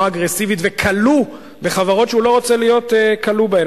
אגרסיבית וכלוא בחברות שהוא לא רוצה להיות כלוא בהן.